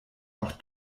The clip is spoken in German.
auch